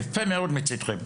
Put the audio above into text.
יפה מאוד מצדכם.